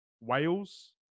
Wales